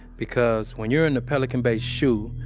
because when you're in pelican bay shu,